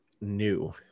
new